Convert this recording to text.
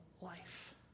life